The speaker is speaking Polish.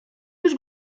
już